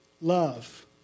love